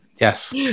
Yes